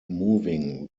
moving